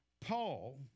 Paul